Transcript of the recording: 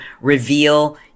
reveal